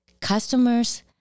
customers